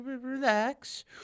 Relax